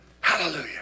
Hallelujah